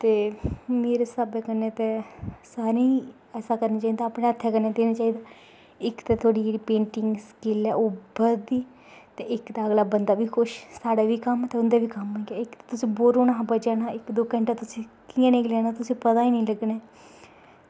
ते मेरे स्हाबै कन्नै ते सारें गी ऐसा करना चाहिदा हत्थें कन्नै देना चाहिदा ते तुआढ़ी जेह्ड़ी पेंटिंग्स स्किल ऐ ओह् बधदी ते इक्क ते अगला बंदा बी साढ़े ते कुछ कुसै दे कम्म बी औंदा तुस बोर होने कशा बचा ने ते इक्क ते तुस केह् लैना ते तुसेंगी पता गै नेईं लग्गना